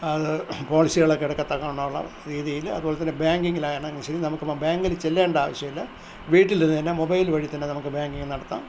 അത് പോളിസികളൊക്കെ എടുക്കത്തക്ക വണ്ണം ഉള്ള രീതിയിൽ അതുപോലെ തന്നെ ബാങ്കിങ്ങിലാണെങ്കിലും ശരി നമുക്കിപ്പോൾ ബാങ്കിൽ ചെല്ലേണ്ട ആവിശ്യമില്ല വീട്ടിലിരുന്ന് തന്നെ മൊബൈൽ വഴി തന്നെ നമുക്ക് ബാങ്കിംഗ് നടത്താം